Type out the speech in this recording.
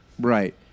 Right